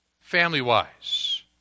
family-wise